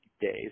days